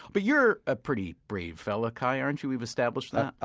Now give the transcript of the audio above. but you're a pretty brave fellow, kai, aren't you? we've established that?